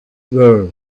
were